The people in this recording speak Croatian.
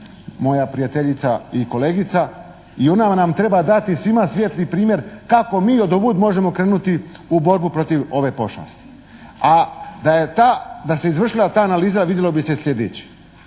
moja prijateljica i kolegica i ona nam treba dati svima svijetli primjer kako mi odovud možemo krenuti u borbu protiv ove pošasti, a da je ta, da se izvršila ta analiza vidjelo bi se iz sljedećeg